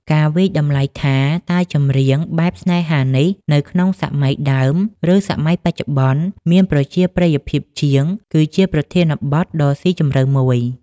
ការវាយតម្លៃថា តើចម្រៀង បែបស្នេហានេះ នៅក្នុង សម័យដើម ឬសម័យបច្ចុប្បន្ន មានប្រជាប្រិយភាពជាង គឺជាប្រធានបទដ៏ស៊ីជម្រៅមួយ